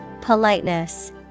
Politeness